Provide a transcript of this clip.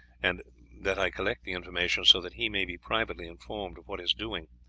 and that i collect the information so that he may be privately informed of what is doing.